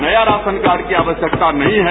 नये ration card की आवश्यकता नहीं है